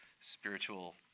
spiritual